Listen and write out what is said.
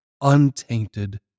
untainted